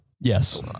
Yes